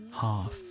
half